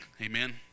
Amen